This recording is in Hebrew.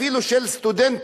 אפילו של סטודנטים